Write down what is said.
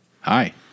Hi